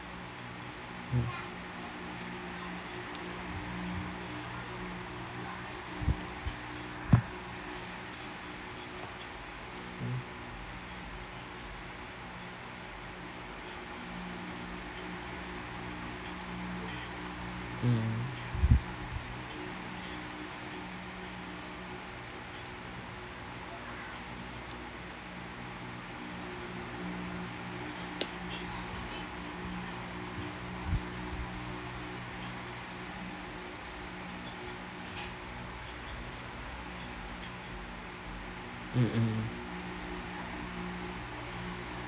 mm mm mm mm mm